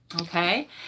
okay